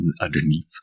Underneath